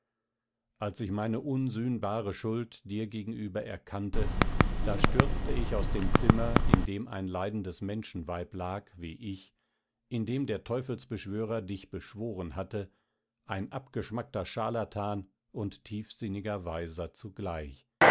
als ich meine unsühnbare schuld dir gegenüber erkannte da stürzte ich aus dem zimmer in dem ein leidendes menschenweib lag wie ich in dem der teufelsbeschwörer dich beschworen hatte ein abgeschmackter charlatan und tiefsinniger weiser zugleich